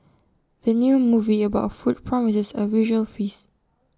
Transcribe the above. the new movie about food promises A visual feast